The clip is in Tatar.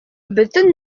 бөтен